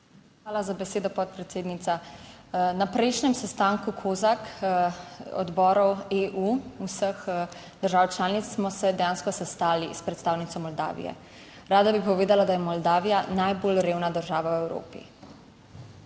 18.55** (nadaljevanje) Na prejšnjem sestanku COSAC odborov EU vseh držav članic smo se dejansko sestali s predstavnico Moldavije. Rada bi povedala, da je Moldavija najbolj revna država v Evropi.